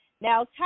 Now